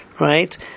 right